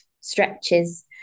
stretches